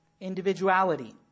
Individuality